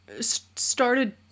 started